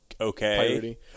okay